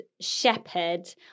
Shepherd